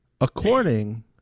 According